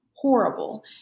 Horrible